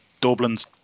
Dublin's